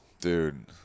Dude